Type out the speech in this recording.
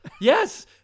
yes